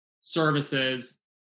services